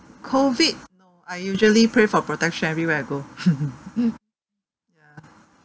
COVID no I usually pray for protection everywhere I go ya